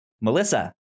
Melissa